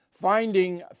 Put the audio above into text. Finding